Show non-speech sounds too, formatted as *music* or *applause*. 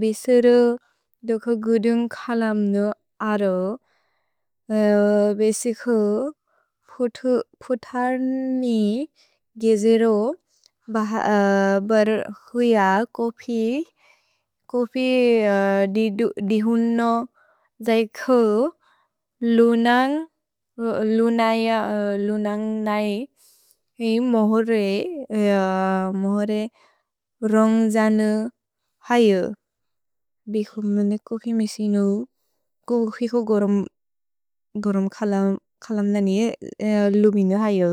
भेसेरो दोख गुदुन्ग् खलम्नु अरो, बेसिको फुतर्नि गेजेरो बर् हुइअ कोफि कोफि *hesitation* दिहुनो जैख लु नन्ग् *hesitation* नै मोहोरे *hesitation* रोन्ग् जनेउ हैउ। भिक्सो मेने कोफि मेसिनु, कोफि को गोरम् खलम् ननि लु मिनु हैउ।